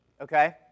Okay